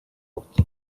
koht